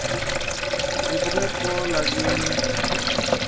ᱜᱤᱫᱽᱨᱟᱹ ᱠᱚ ᱞᱟᱹᱜᱤᱫ